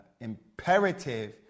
imperative